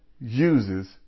uses